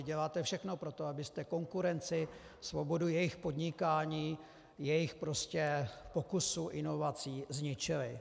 Děláte všechno pro to, abyste konkurenci, svobodu jejich podnikání, jejich pokusu inovací zničili.